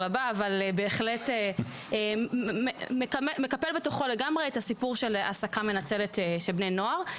בהחלט מכמת בתוכו את הסיפור של העסקה מנצלת של בני נוער.